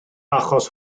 achos